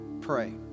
pray